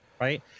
right